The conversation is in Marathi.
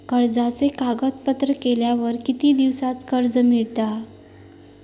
कर्जाचे कागदपत्र केल्यावर किती दिवसात कर्ज मिळता?